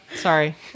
Sorry